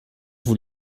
vous